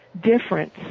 difference